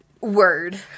word